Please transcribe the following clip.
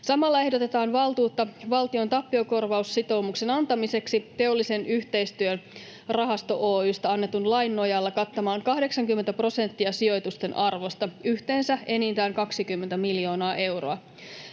Samalla ehdotetaan valtuutta valtion tappiokorvaussitoumuksen antamiseksi Teollisen yhteistyön rahasto Oy:stä annetun lain nojalla kattamaan 80 prosenttia sijoitusten arvosta, yhteensä enintään 20 miljoonaa euroa.